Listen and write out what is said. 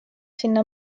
sinna